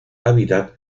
hábitat